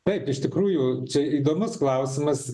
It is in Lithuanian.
taip iš tikrųjų čia įdomus klausimas